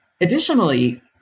Additionally